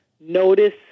notice